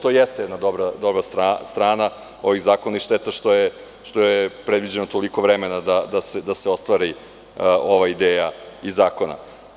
To je jeste jedna dobra strana ovih zakona i šteta što je predviđeno toliko vremena da se ostvari ova ideja iz zakona.